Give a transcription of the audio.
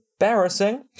embarrassing